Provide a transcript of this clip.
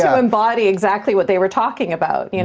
so embody exactly what they were talking about, you know